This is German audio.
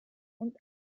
und